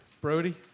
Brody